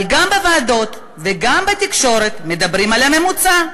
אבל גם בוועדות וגם בתקשורת מדברים על הממוצע.